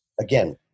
again